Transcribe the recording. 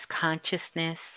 consciousness